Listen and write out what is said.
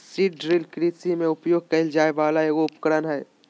seed drill कृषि में उपयोग कइल जाय वला एगो उपकरण हइ